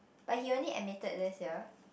but he only admitted this year